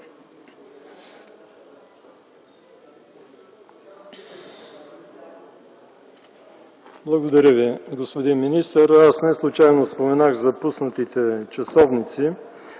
Благодаря, господин министър. Аз неслучайно споменах за пуснатите часовници.